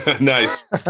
nice